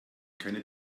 keine